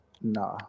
Nah